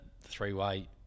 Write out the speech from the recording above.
three-way